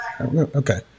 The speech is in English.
Okay